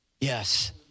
Yes